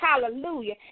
Hallelujah